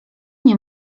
nie